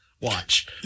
Watch